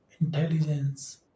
intelligence